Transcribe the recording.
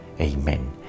Amen